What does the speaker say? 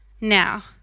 now